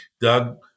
Doug